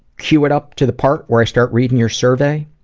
queue it up to the part where i start reading your survey,